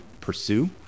pursue